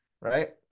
right